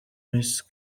miss